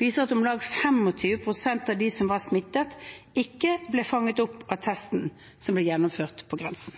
viser at om lag 25 pst. av dem som var smittet, ikke ble fanget opp av testen som ble gjennomført på grensen.